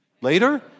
later